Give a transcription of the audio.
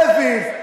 ווילף,